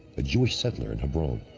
a jewish settler in hebron,